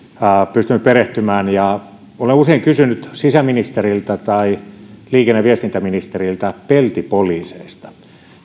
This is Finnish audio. pystynyt perehtymään ja olen usein kysynyt sisäministeriltä tai liikenne ja viestintäministeriltä peltipoliiseista